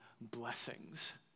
blessings